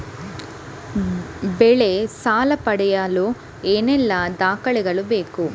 ಬೆಳೆ ಸಾಲ ಪಡೆಯಲು ಏನೆಲ್ಲಾ ದಾಖಲೆಗಳು ಬೇಕು?